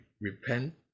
repent